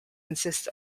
consist